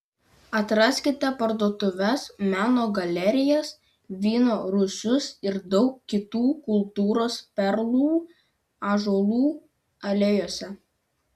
atraskite parduotuves meno galerijas vyno rūsius ir daug kitų kultūros perlų ąžuolų alėjose